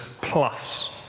plus